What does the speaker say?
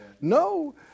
No